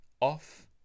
off